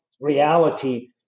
reality